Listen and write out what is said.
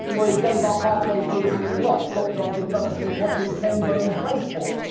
where he gave up halfway through hanging the lights, got drunk and fell asleep watching ken burns' baseball.